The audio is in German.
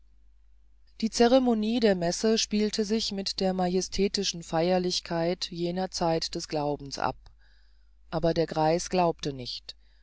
die ceremonie der messe spielte sich mit der majestätischen feierlichkeit jener zeit des glaubens ab aber der greis glaubte nicht